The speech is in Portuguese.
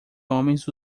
homens